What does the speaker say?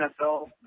NFL